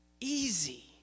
easy